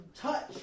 touch